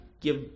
give